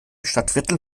stadtvierteln